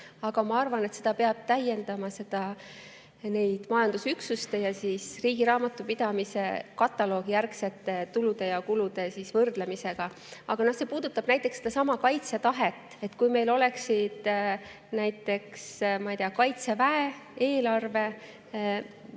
aga ma arvan, et seda peab täiendama majandusüksuste ja riigi raamatupidamise kataloogi järgsete tulude ja kulude võrdlemisega. See puudutab näiteks sedasama kaitsetahet. Kui meil oleksid näiteks, ma ei tea, Kaitseväe eelarve